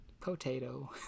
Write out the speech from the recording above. potato